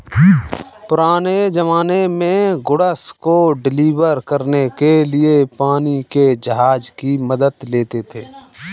पुराने ज़माने में गुड्स को डिलीवर करने के लिए पानी के जहाज की मदद लेते थे